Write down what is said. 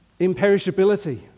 imperishability